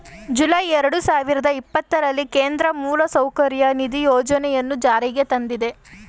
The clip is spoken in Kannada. ಜುಲೈ ಎರಡು ಸಾವಿರದ ಇಪ್ಪತ್ತರಲ್ಲಿ ಕೇಂದ್ರ ಮೂಲಸೌಕರ್ಯ ನಿಧಿ ಯೋಜನೆಯನ್ನು ಜಾರಿಗೆ ತಂದಿದೆ